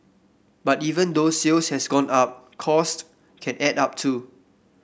but even though sales has gone up cost can add up too